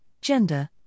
gender